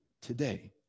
today